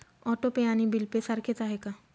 Auto pay आणि bill pay सारखेच आहे का?